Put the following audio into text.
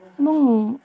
এবং